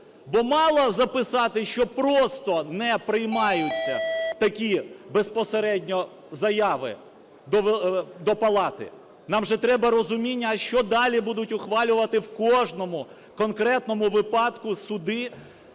Бо мало записати, що просто не приймаються такі безпосередньо заяви до палати, нам же треба розуміння: а що далі будуть ухвалювати в кожному конкретному випадку суди